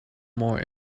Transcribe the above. more